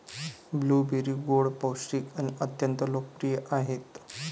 blueberry गोड, पौष्टिक आणि अत्यंत लोकप्रिय आहेत